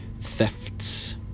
thefts